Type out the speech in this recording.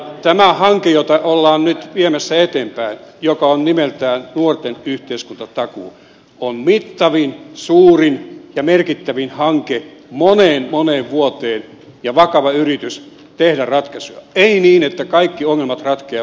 tämä hanke jota ollaan nyt viemässä eteenpäin joka on nimeltään nuorten yhteiskuntatakuu on mittavin suurin ja merkittävin hanke moneen moneen vuoteen ja vakava yritys tehdä ratkaisuja ei niin että kaikki ongelmat ratkeavat vuoden alusta